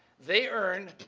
they earn,